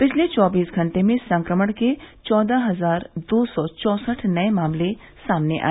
पिछले चौबीस घंटे में संक्रमण के चौदह हजार दो सौ चौसठ नये मामले सामने आए